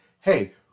hey